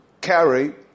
carry